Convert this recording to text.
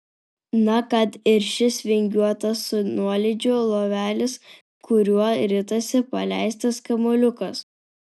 na kad ir šis vingiuotas su nuolydžiu lovelis kuriuo ritasi paleistas kamuoliukas